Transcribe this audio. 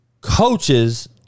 coaches